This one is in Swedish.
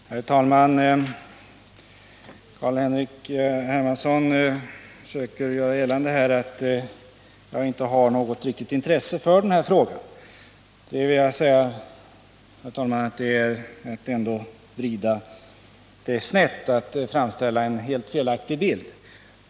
Herr talman! Carl-Henrik Hermansson söker göra gällande att jag inte har något riktigt intresse för den här frågan. Det är ändå att vrida saken snett och att framställa en helt felaktig bild.